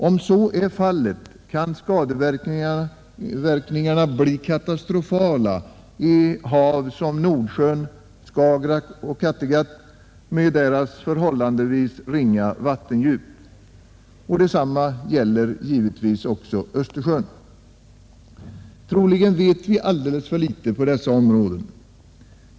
Om så är fallet kan skadeverkningarna bli katastrofala i hav som Nordsjön, Skagerack och Kattegatt med deras förhållandevis ringa vattendjup. Detsamma gäller givetvis också Östersjön. Troligen vet vi alldeles för litet på dessa områden.